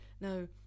Now